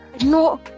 no